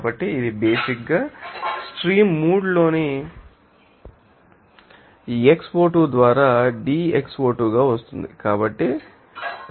కాబట్టి ఇది బేసిక్ ంగా స్ట్రీమ్ 3 లోని xO2 ద్వారా D xO2 గా వస్తుంది